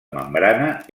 membrana